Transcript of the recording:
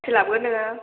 सोलाबगोन नोङो